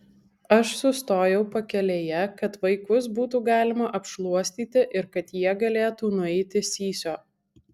aš sustojau pakelėje kad vaikus būtų galima apšluostyti ir kad jie galėtų nueiti sysio